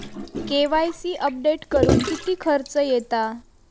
KYC update करुक किती खर्च येता?